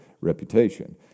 reputation